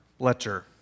Bletcher